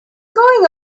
going